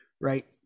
right